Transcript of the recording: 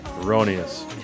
Erroneous